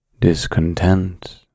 discontent